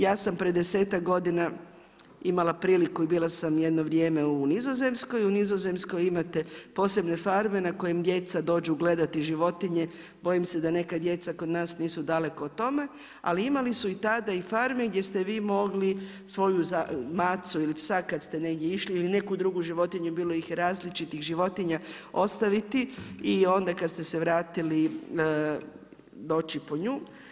Ja sam pred desetak godina imala priliku i bila sam jedno vrijeme u Nizozemskoj, u Nizozemskoj imati posebne farme na kojima djeca dođu gledati životinje, bojim se da neka djeca kod nas nisu daleko o tome, ali imali su i tada i farme gdje ste vi mogli svoju macu ili psa kada ste išli ili neku drugu životinju bilo ih je različitih životinja ostaviti i onda kada ste se vratili doći po nju.